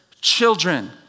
children